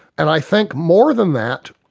and i think more than that,